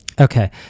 Okay